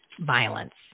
violence